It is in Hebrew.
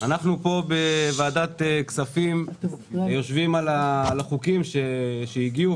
אנחנו פה בוועדת הכספים יושבים על החוקים שהגיעו,